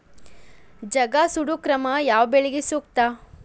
ಜಗಾ ಸುಡು ಕ್ರಮ ಯಾವ ಬೆಳಿಗೆ ಸೂಕ್ತ?